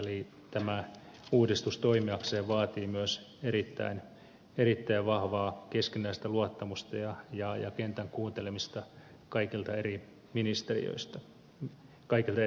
tämä uudistus toimiakseen vaatii myös erittäin vahvaa keskinäistä luottamusta ja pientä kuuntelemista kaikilta eri ministeriöiltä